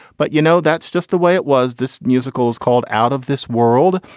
but you know that's just the way it was this musical is called out of this world.